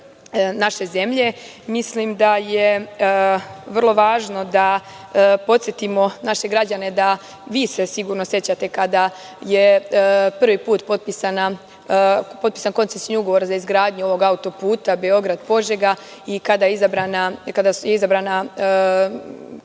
naše zemlje. Mislim da je vrlo važno da podsetimo naše građane da, a i vi se sigurno sećate kada je prvi put potpisan koncesni ugovor za izgradnju ovog autoputa Beograd-Požega i kada je izabrana